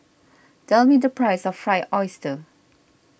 tell me the price of Fried Oyster